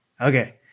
Okay